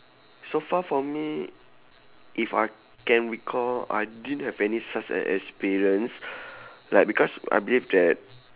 so far for me if I can recall I didn't have any such an experience like because I believe that